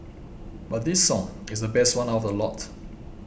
but this song is the best one out of the lot